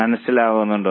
മനസ്സിലാകുന്നുണ്ടോ